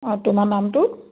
অঁ তোমাৰ নামটো